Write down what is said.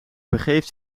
begeeft